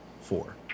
four